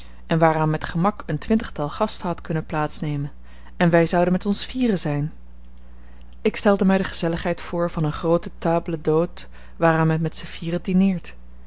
en waaraan met gemak een twintigtal gasten had kunnen plaats nemen en wij zouden met ons vieren zijn ik stelde mij de gezelligheid voor van een groote table d'hôte waaraan men met zijn vieren